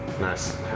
nice